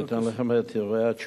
אני אתן לכם את התשובה,